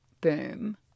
boom